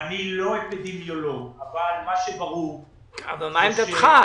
אני לא אפידמיולוג אבל מה שברור --- אבל מה עמדתך.